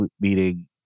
meeting